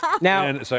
Now